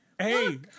Hey